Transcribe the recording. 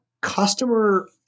customer